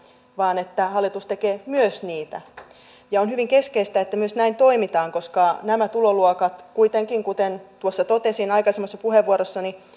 vaan että hallitus tekee myös niitä on hyvin keskeistä että näin myös toimitaan koska nämä tuloluokat kuitenkin kuten totesin aikaisemmassa puheenvuorossani